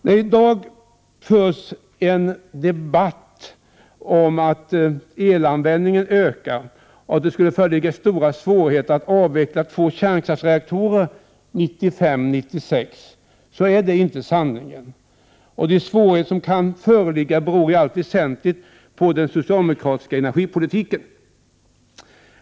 Det förs i dag en debatt om att elanvändningen ökar och att det skulle föreligga stora svårigheter när det gäller att avveckla två kärnkraftsreaktorer 1995—1996. Men det är inte sanningen. De svårigheter som kan föreligga beror i allt väsentligt på den socialdemokratiska energipolitiken.